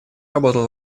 работал